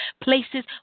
places